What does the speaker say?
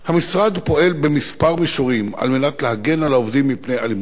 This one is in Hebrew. המשרד פועל בכמה מישורים על מנת להגן על העובדים מפני אלימות כלפיהם.